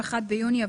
כאחד המובילים.